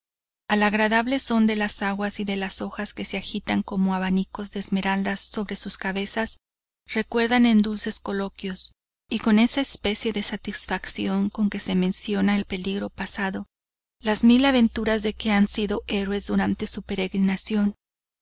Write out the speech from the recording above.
al agradable son de las aguas y de las hojas que se agitan como abanicos de esmeraldas sobre sus cabezas recuerdan en dulces coloquios y con esa especie de satisfacción con que se menciona el peligro pasado las mil aventuras de que han sido héroes durante su peregrinación